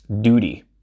duty